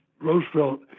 Roosevelt